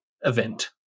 event